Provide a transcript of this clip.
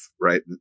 right